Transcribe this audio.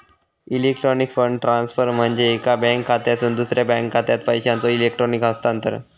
electronic fund transfer म्हणजे एका bank खात्यातसून दुसरा बँक खात्यात पैशांचो इलेक्ट्रॉनिक हस्तांतरण